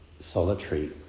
solitary